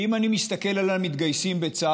כי אם אני מסתכל על המתגייסים לצה"ל,